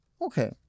Okay